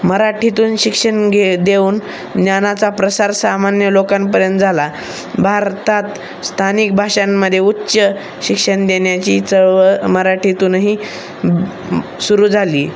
मराठीतून शिक्षण घे देऊन ज्ञानाचा प्रसार सामान्य लोकांपर्यंत झाला भारतात स्थानिक भाषांमध्ये उच्च शिक्षण देण्याची चळवळ मराठीतूनही सुरू झाली